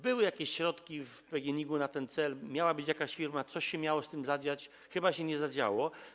Były jakieś środki w PGNiG na ten cel, miała być jakaś firma, coś się miało z tym dziać, chyba się nie działo.